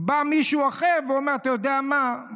בא מישהו אחר ואומר: אתה יודע מה,